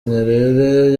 nyerere